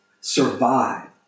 survive